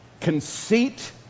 conceit